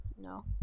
no